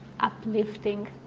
uplifting